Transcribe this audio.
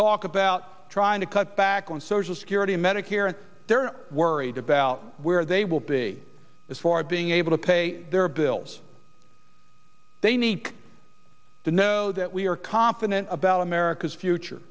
talk about trying to cut back on social security and medicare and they're worried about where they will be as far as being able to pay their bills they need to know that we are confident about america's future